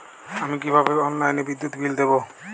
আমি কিভাবে অনলাইনে বিদ্যুৎ বিল দেবো?